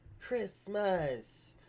Christmas